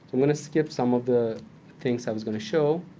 i'm going to skip some of the things i was going to show.